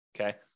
Okay